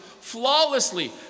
flawlessly